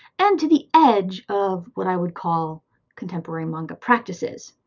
and to the edge of what i would call contemporary manga practices.